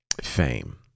fame